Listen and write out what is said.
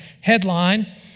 headline